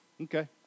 Okay